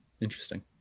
Interesting